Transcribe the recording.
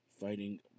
fighting